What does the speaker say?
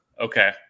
Okay